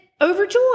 overjoyed